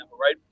right